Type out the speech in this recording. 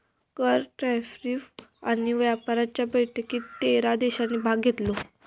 कर, टॅरीफ आणि व्यापाराच्या बैठकीत तेरा देशांनी भाग घेतलो